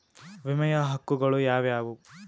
ವಿಮೆಯ ಹಕ್ಕುಗಳು ಯಾವ್ಯಾವು?